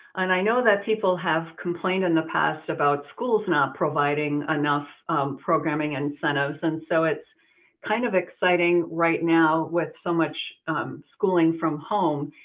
and i know that people have complained in the past about schools not providing enough programming incentives. and so it's kind of exciting right now with so much schooling from home,